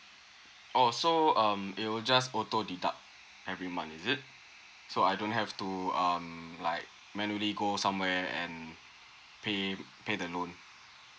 oh so um it will just auto deduct every month is it so I don't have to um like manually go somewhere and pay pay the loan